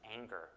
anger